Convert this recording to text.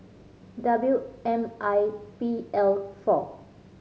W M I P L four